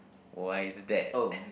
why is that